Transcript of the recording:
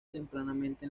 tempranamente